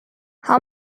how